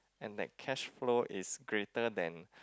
and that cash flow is greater than